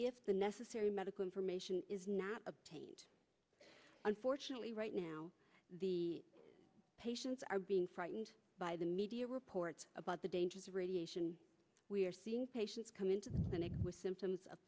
if the necessary medical information is not obtained unfortunately right the patients are being frightened by the media reports about the dangers of radiation we are seeing patients come into the senate with symptoms